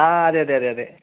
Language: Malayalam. ആ അതേയതേയതേയതേ